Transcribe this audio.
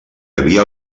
havia